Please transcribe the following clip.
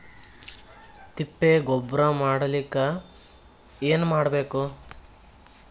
ತಿಪ್ಪೆ ಗೊಬ್ಬರ ಮಾಡಲಿಕ ಏನ್ ಮಾಡಬೇಕು?